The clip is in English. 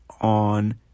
on